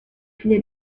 file